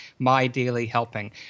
MyDailyHelping